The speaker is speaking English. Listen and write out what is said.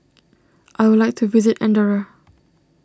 I would like to visit Andorra